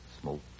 smoke